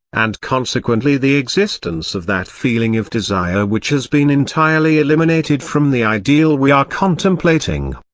and consequently the existence of that feeling of desire which has been entirely eliminated from the ideal we are contemplating.